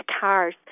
cars